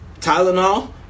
Tylenol